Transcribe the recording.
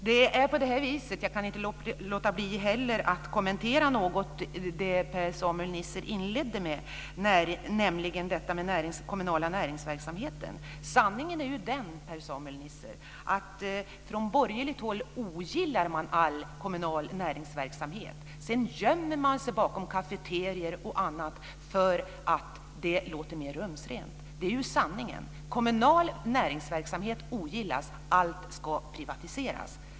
Fru talman! Jag kan inte låta bli att kommentera lite av det som Per-Samuel Nisser inledde med. Det gäller detta med den kommunala näringsverksamheten. Sanningen är ju den, Per-Samuel Nisser, att från borgerligt håll ogillar man all kommunal näringsverksamhet. Sedan gömmer man sig bakom detta med cafeterior och annat för att det låter mer rumsrent. Det är ju sanningen. Kommunal näringsverksamhet ogillas. Allt ska privatiseras.